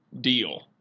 deal